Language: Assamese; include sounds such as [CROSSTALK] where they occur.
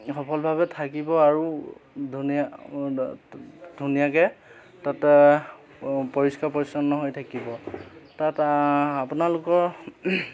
সফলভাৱে থাকিব আৰু ধুনীয়া [UNINTELLIGIBLE] ধুনীয়াকৈ তাত পৰিষ্কাৰ পৰিচ্ছন্ন হৈ থাকিব তাত আপোনালোকৰ